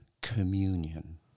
communion